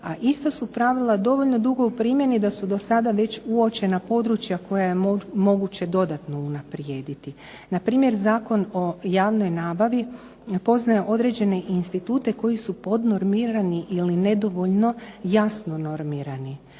a ista su pravila dovoljno dugo u primjeni da su do sada već uočena područja koja je moguće dodatno unaprijediti. Npr. Zakon o javnoj nabavi poznaje određene institute koji su podnormirani ili nedovoljno jasno normirani.